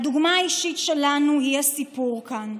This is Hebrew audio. הדוגמה האישית שלנו היא הסיפור כאן.